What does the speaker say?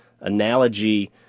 analogy